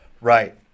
Right